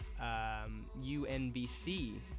UNBC